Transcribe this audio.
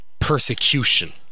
persecution